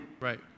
Right